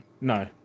no